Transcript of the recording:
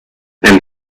and